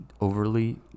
overly